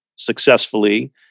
Successfully